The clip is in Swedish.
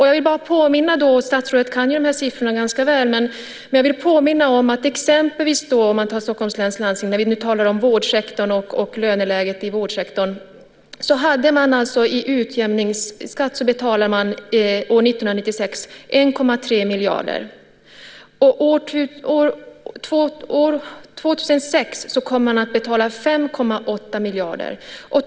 Jag vill bara påminna om - statsrådet kan ju de här siffrorna ganska väl - att exempelvis Stockholms läns landsting, när vi nu talar om vårdsektorn och löneläget i vårdsektorn, 1996 betalade 1,3 miljarder i utjämningsskatt. År 2006 kommer man att betala 5,8 miljarder.